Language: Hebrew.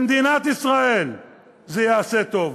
למדינת ישראל זה יעשה טוב,